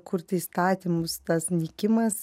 kurti įstatymus tas nykimas